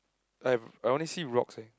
I have I only see rocks eh